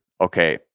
okay